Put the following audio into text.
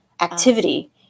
activity